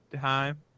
time